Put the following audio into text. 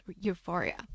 euphoria